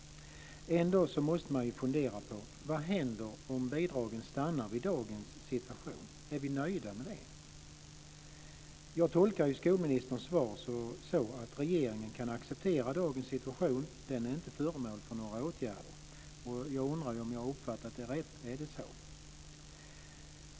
Ändå måste man fundera på vad som händer om bidragen stannar vid dagens situation - är vi nöjda med det? Jag tolkar skolministerns svar så, att regeringen kan acceptera dagens situation; den är inte föremål för några åtgärder. Jag undrar om jag har uppfattat det rätt. Är det så?